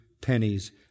pennies